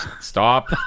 Stop